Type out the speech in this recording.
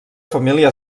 família